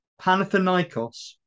Panathinaikos